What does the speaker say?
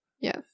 Yes